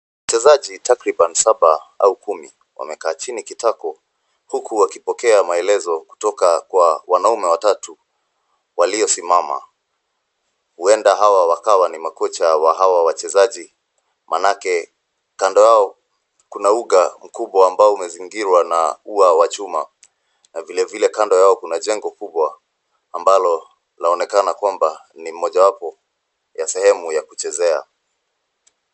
Wachezaji takribani saba au kumi wamekaa chini kitako huku wakipokea maelezo kutoka kwa wanaume watatu waliosimama huenda hawa wakawa makocha wa hawa wachezaji maanake kando yao kuna uga mkubwa ambao umezingirwa na ua wa chuma na vile vile kando yao kuna jengo kubwa ambalo laonekana kwamba ni mojawapo ya sehemu ya kuchezea.